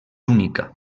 única